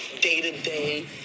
day-to-day